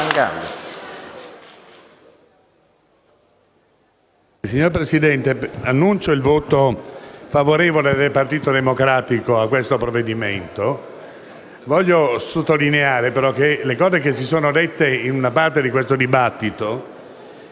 Signor Presidente, annuncio il voto favorevole del Partito Democratico a questo provvedimento. Desidero, poi, sottolineare che le considerazioni svolte in una parte di questo dibattito